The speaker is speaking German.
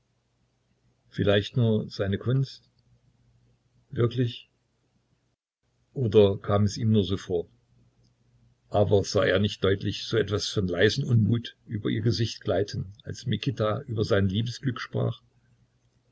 vielleicht nur seine kunst wirklich oder kam es ihm nur so vor aber sah er nicht deutlich so etwas von leisem unmut über ihr gesicht gleiten als mikita über sein liebesglück sprach